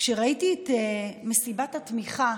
כשראיתי את מסיבת התמיכה